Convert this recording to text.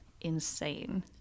insane